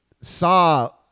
saw